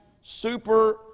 super